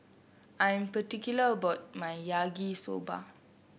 I am particular about my Yaki Soba